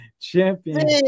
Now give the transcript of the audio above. Champion